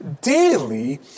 daily